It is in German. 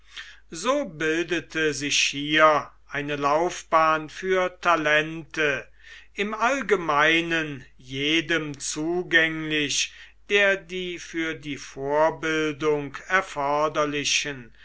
so bildete sich hier eine laufbahn für talente im allgemeinen jedem zugänglich der die für die vorbildung erforderlichen